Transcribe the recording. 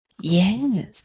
Yes